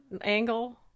angle